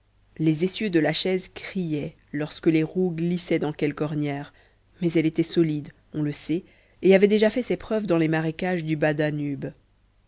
les essieux de la chaise criaient lorsque les roues glissaient dans quelque ornière mais elle était solide on le sait et avait déjà fait ses preuves dans les marécages du bas danube